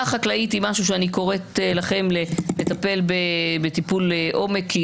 החקלאית היא משהו שאני קוראת לכם לטפל בטיפול עומק,